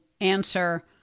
answer